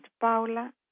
Paula